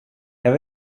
jag